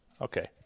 Okay